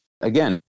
again